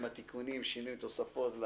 עם התיקונים, השינויים והתוספות.